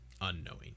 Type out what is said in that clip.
unknowing